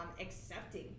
accepting